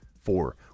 Four